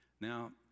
Now